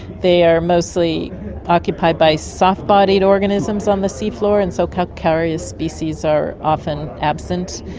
they are mostly occupied by soft-bodied organisms on the seafloor, and so calcareous species are often absent.